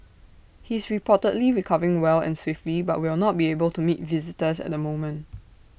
he is reportedly recovering well and swiftly but will not be able to meet visitors at the moment